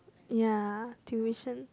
ya tuition